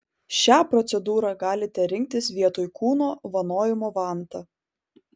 šią procedūrą galite rinktis vietoj kūno vanojimo vanta